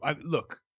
look